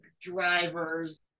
drivers